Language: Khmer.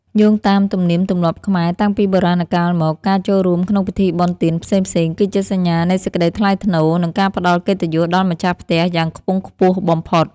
យោងតាមទំនៀមទម្លាប់ខ្មែរតាំងពីបុរាណកាលមក ការចូលរួមក្នុងពិធីបុណ្យទានផ្សេងៗ គឺជាសញ្ញានៃសេចក្តីថ្លៃថ្នូរ និងការផ្តល់កិត្តិយសដល់ម្ចាស់ផ្ទះយ៉ាងខ្ពង់ខ្ពស់បំផុត។